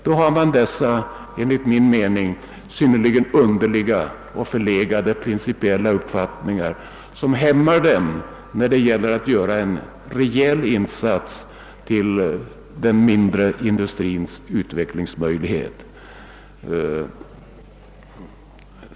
Då har man dessa enligt min mening synnerligen underliga och förlegade principiella uppfattningar som hämmar möjligheterna att göra en reell insats för den mindre industrins utveckling.